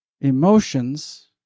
emotions